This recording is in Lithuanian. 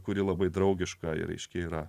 kuri labai draugiška ir aiškiai yra